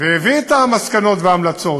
והביא את המסקנות וההמלצות,